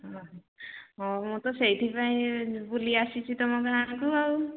ହଁ ହଁ ମୁଁ ତ ସେଇଥିପାଇଁ ବୁଲି ଆସିଛିି ତୁମ ଗାଁକୁ ଆଉ